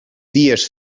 dies